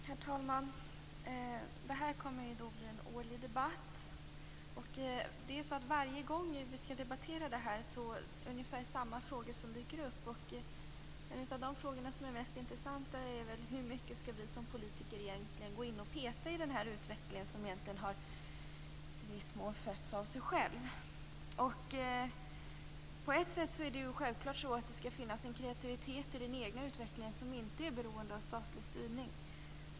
Herr talman! Det här kommer att bli en årlig debatt. Varje gång vi skall debattera det här är det ungefär samma frågor som dyker upp. En av de mest intressanta är hur mycket vi som politiker egentligen skall gå in och peta i den här utvecklingen, som egentligen i viss mån har fötts av sig själv. På ett sätt skall det självklart finnas en kreativitet i den egna utvecklingen som inte är beroende av statlig styrning.